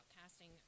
casting